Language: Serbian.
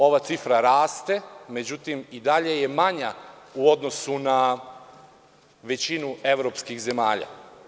Ova cifra raste, međutim i dalje je manja u odnosu na većinu evropskih zemalja.